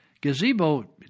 Gazebo